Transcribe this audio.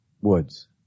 Woods